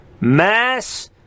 mass